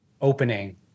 opening